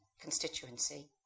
constituency